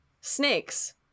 Snakes